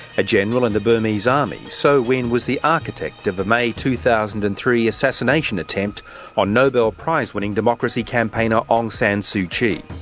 a general in the burmese army, so ween was the architect of the may, two thousand and three assassination attempt on nobel prizewinning democracy campaigner, aung san suu kyi.